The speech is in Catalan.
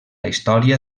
història